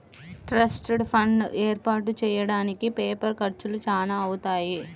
trust fund ఏర్పాటు చెయ్యడానికి paper ఖర్చులు చానా అవుతాయి